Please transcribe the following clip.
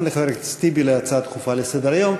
לחבר הכנסת טיבי להצעה דחופה לסדר-היום.